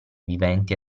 viventi